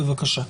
בבקשה.